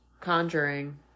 Conjuring